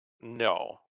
No